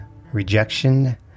rejection